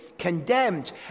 condemned